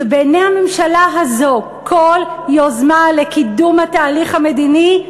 שבעיני הממשלה הזאת כל יוזמה לקידום התהליך המדיני,